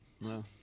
No